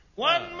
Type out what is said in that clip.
One